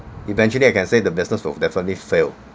eventually I can say the business will definitely fail